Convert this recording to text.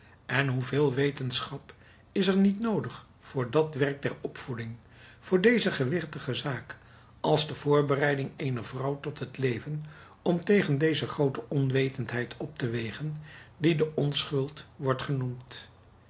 en hoeveel wetenschap is er niet noodig voor dat werk der opvoeding voor deze gewichtige zaak als de voorbereiding eener vrouw tot het leven om tegen deze groote onwetendheid op te wegen die de onschuld wordt genoemd